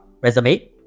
resume